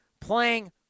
playing